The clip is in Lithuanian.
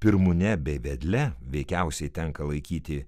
pirmūne bei vedle veikiausiai tenka laikyti